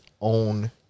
own